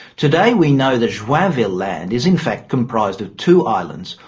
today we know that joinville land is in fact comprised of two islands,